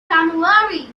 january